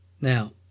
Now